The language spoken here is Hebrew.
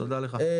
תודה לך.